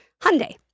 Hyundai